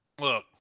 Look